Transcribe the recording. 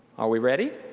are we ready?